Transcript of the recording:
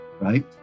right